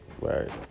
Right